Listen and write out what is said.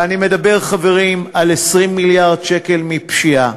ואני מדבר, חברים, על 20 מיליארד שקל מפשיעה,